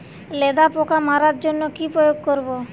লেদা পোকা মারার জন্য কি প্রয়োগ করব?